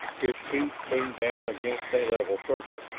his feet came down against a level surface,